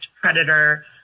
predator